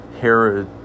Herod